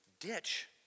ditch